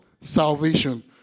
Salvation